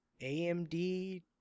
AMD